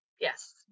Yes